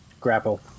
grapple